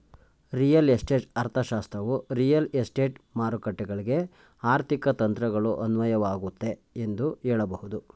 real estate ಅರ್ಥಶಾಸ್ತ್ರವು real estate ಮಾರುಕಟ್ಟೆಗಳ್ಗೆ ಆರ್ಥಿಕ ತಂತ್ರಗಳು ಅನ್ವಯವಾಗುತ್ತೆ ಎಂದು ಹೇಳಬಹುದು